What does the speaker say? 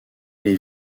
les